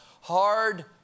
Hard